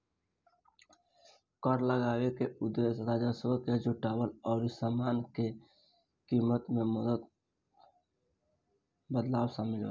कर लगावे के उदेश्य राजस्व के जुटावल अउरी सामान के कीमत में बदलाव शामिल बा